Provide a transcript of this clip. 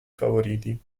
favoriti